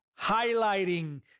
highlighting